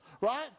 right